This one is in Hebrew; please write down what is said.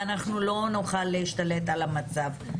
אנחנו לא נוכל להשתלט על המצב.